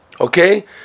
okay